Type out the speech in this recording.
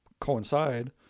coincide